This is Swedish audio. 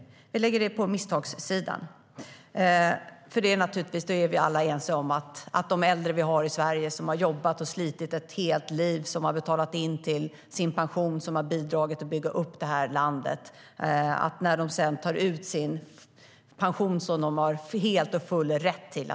Vi lägger det på misstagssidan. Vi är nämligen, naturligtvis, alla ense om att "bidragstagare" kanske inte är det mest lämpliga ordet att använda när Sveriges äldre, som har jobbat och slitit i ett helt liv, betalat in till sin pension och bidragit till att bygga upp landet, tar ut sin pension. Den har de helt och fullt rätt till.